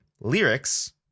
lyrics